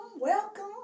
welcome